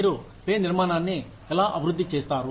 మీరు పే నిర్మాణాన్ని ఎలా అభివృద్ధి చేస్తారు